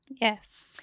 Yes